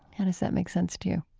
how does that make sense to you?